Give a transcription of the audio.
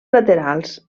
laterals